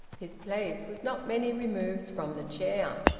his place was not many removes from the chair.